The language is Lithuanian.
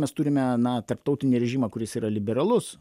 mes turime na tarptautinį režimą kuris yra liberalus